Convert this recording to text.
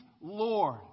Lord